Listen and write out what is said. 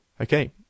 Okay